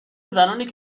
زنانی